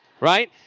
Right